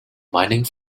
mining